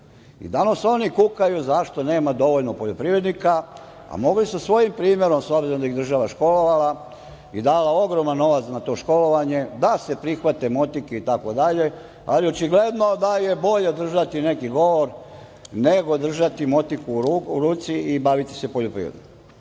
oni kukaju zašto nema dovoljno poljoprivrednika, a mogli su svojim primerom obzirom da ih je država školovala i dala ogroman novac na to školovanje, da se prihvate motike i tako dalje, ali očigledno da je bolje držati neki govor nego držati motiku u ruci i baviti se poljoprivredom. Pokazao